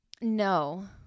No